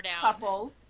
couples